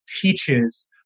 teaches